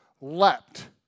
leapt